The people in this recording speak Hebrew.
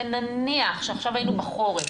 ונניח שעכשיו היינו בחורף,